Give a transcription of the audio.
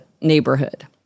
neighborhood